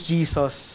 Jesus